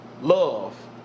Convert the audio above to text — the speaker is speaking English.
love